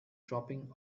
dropping